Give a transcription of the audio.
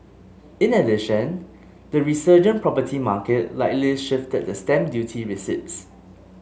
in addition the resurgent property market likely shifted the stamp duty receipts